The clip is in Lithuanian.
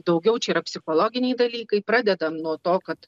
daugiau čia yra psichologiniai dalykai pradedam nuo to kad